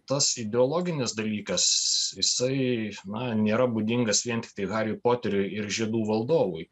tas ideologinis dalykas jisai na nėra būdingas vien tiktai hariui poteriui ir žiedų valdovui